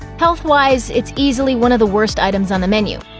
health-wise, it's easily one of the worst items on the menu.